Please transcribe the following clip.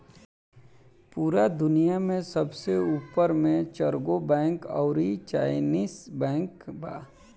पूरा दुनिया में सबसे ऊपर मे चरगो बैंक अउरी चाइनीस बैंक बा